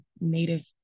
native